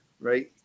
right